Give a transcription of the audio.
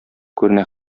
күренә